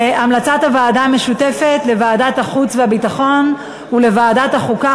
המלצת הוועדה המשותפת לוועדת החוץ והביטחון ולוועדת החוקה,